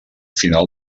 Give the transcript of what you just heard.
final